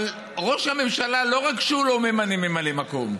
אבל ראש הממשלה, לא רק שהוא לא ממנה ממלא מקום,